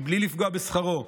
בלי לפגוע בשכרו,